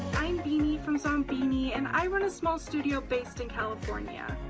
i'm beanie from zombeanie. and i run a small studio based in california.